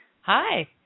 Hi